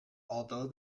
although